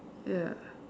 ya